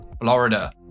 Florida